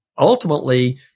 ultimately